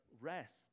rest